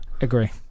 agree